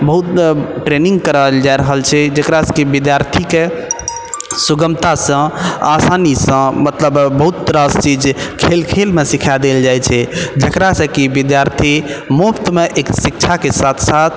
बहुत ट्रेनिंग कराओल जा रहल छै जेकरा से कि विद्यार्थीके सुगमतासँ आसानीसँ मतलब बहुत रास चीज खेल खेलमे सिखाए देल जाइ छै जेकरा से कि विद्यार्थी मुफ्तमे एक शिक्षाके साथ साथ